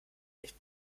nicht